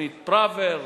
תוכנית פראוור,